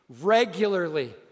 regularly